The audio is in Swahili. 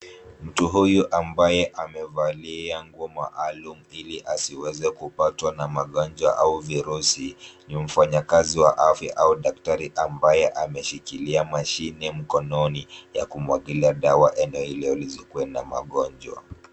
Mtu huyu ambaye amevalia nguo maalumu ili asiweze kupatwa na magonjwa au virusi , ni mfanyakazi wa afya au daktari ambaye ameshikilia mashine mkononi ya kumwagilia dawa eneo hilo lisilikue na magonjwa.